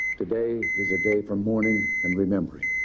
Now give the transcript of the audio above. today is a day for mourning and remembering.